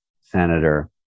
Senator